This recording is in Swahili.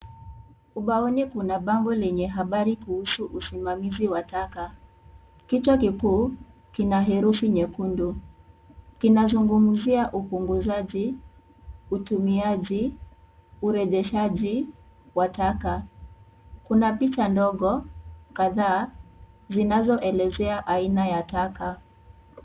Ubaoni kuna bango lenye ushauri kuhusu usimamizi wa taka, kichwa kikuu, kina herufi nyekundu, kinazungumzia upunguzaji, utumiaji, urejeshaji, wa taka. Kuna picha ndogo, kadhaa, zinazoelezea aina ya taka.